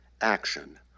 action